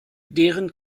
deren